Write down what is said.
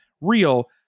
real